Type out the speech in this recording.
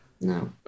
No